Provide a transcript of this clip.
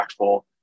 impactful